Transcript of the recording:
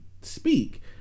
speak